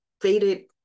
faded